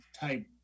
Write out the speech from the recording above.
type